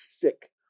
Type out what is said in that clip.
sick